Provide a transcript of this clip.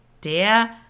der